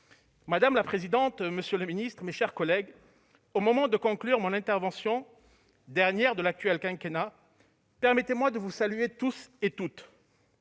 Madame la présidente, monsieur le ministre, mes chers collègues, au moment de conclure mon intervention- la dernière de l'actuel quinquennat -, permettez-moi de vous saluer tous et toutes,